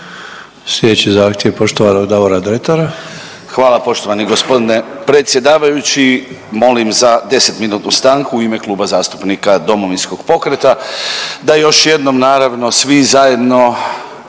Sljedeći zahtjev poštovanog Davora Dretara.